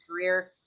career